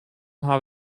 haw